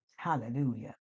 Hallelujah